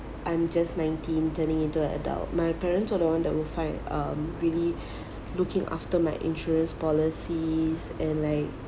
I'm just nineteen turning into a adult my parents were the one that who find um really looking after my insurance policies and like